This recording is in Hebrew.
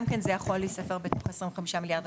גם זה יכול להיספר בתוך ה-25 מיליארד.